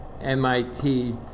MIT